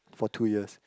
for two years